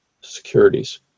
securities